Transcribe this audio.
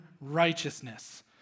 righteousness